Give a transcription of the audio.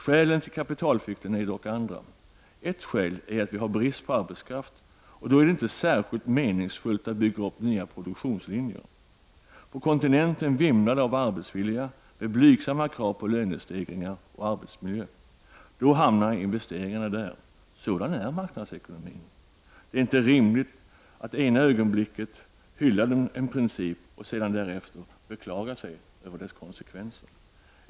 Skälen till kapitalflykten är dock andra. Ett skäl är att vi har brist på arbetskraft, och då är det inte särskilt meningsfullt att bygga upp nya produktionslinjer. På kontinenten vimlar det av arbetsvilliga med blygsamma krav på lönestegringar och arbetsmiljö. Då hamnar investeringarna där. Sådan är marknadsekonomin. Det är inte rimligt att ena ögonblicket hylla en princip och sedan beklaga sig över dess konsekvenser.